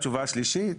התשובה השלישית,